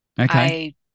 Okay